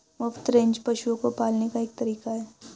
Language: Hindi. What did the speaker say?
मुफ्त रेंज पशुओं को पालने का एक तरीका है